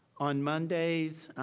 on mondays,